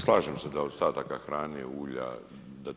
Slažem se da od ostataka hrane, ulja, da